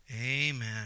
amen